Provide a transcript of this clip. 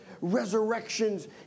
resurrections